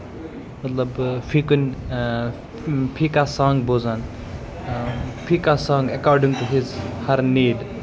مطلب فی کُنہِ فی کانٛہہ سانگ بوزان فی کانٛہہ سانگ according to his her need